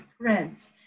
threads